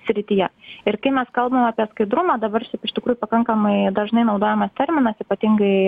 srityje ir kai mes kalbam apie skaidrumą dabar iš tikrųjų pakankamai dažnai naudojamas terminas ypatingai